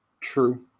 True